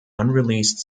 unreleased